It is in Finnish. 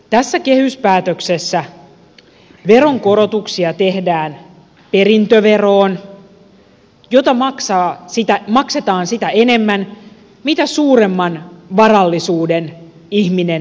tässä kehyspäätöksessä veronkorotuksia tehdään perintöveroon jota maksetaan sitä enemmän mitä suuremman varallisuuden ihminen perii